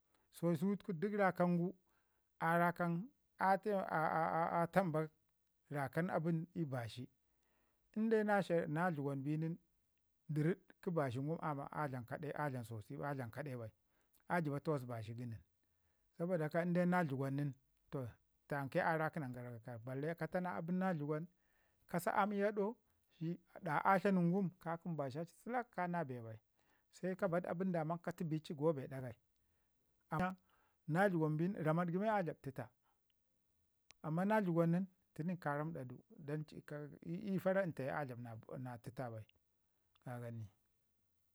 So sutuku duk rakangu a rakangu "a tai a a" taimakata rakan a bən ii bazhi, inde na shar na dləgwan bi nin ɗirid kə bashi ngum a dlam kade bai a dlam sosai bai a dlam kade bai. A jiba takwas bashi kə nən, soba da haka inde na dləgwan nin tanke a rakinan gara kaikai inde kata na abən na dləgwan ka sa aam i aɗau. Da a tlanu nin ka kəmu bazha ci səlak ka na bee bai se ka ba abən daman ka ti bi ii go bee ɗagai na dləgwan bin ramaɗ gu mena dlam təta amman na dləgwan nin tinin ka ramɗa du kano ii fara anta ye a dlam na təta bai ka gani.